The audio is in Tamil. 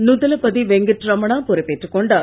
நுதலபதி வெங்கட்ரமணா பொறுப்பேற்றுக் கொண்டார்